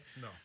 No